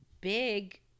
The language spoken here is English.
big